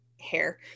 hair